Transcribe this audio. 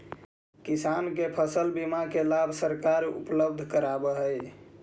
किसान के फसल बीमा के लाभ सरकार उपलब्ध करावऽ हइ